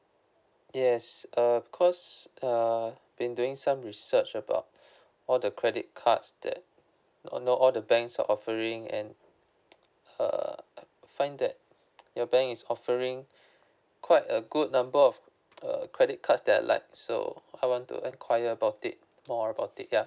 yes err cause err been doing some research about all the credit cards that all know all the banks are offering and err I find that your bank is offering quite a good number of uh credit cards that like so I want to enquire about it more about it ya